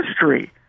history